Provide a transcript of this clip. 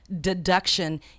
deduction